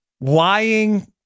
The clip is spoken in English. lying